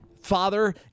Father